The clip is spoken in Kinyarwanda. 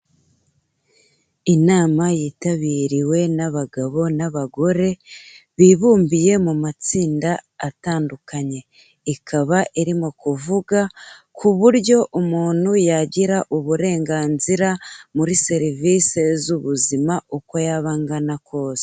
Inama yitabiriwe n'abagabo n'abagore, bibumbiye mu matsinda atandukanye, ikaba irimo kuvuga ku buryo umuntu yagira uburenganzira muri serivise z'ubuzima uko yaba angana kose.